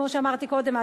כמו שאמרתי קודם,